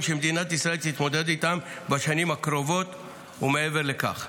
שמדינת ישראל תתמודד איתם בשנים הקרובות ומעבר לכך.